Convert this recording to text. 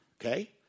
Okay